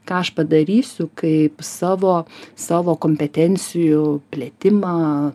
ką aš padarysiu kaip savo savo kompetencijų plėtimą